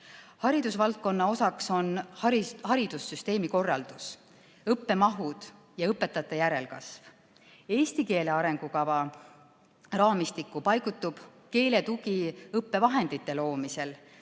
Haridusvaldkonna osaks on haridussüsteemi korraldus, õppemahud ja õpetajate järelkasv. Eesti keele arengukava raamistikku paigutub keeletugi õppevahendite loomisel,